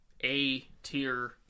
A-tier